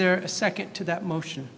there a second to that motion